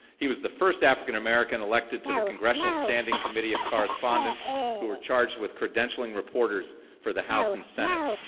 he was the first african american elected to the congressional standing committee of correspondents who were charged with credentialing reporters for the house and senate.